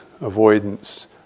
avoidance